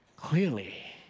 Clearly